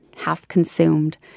half-consumed